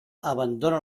abandona